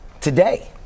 today